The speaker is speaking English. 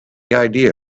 idea